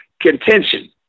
contention